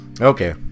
okay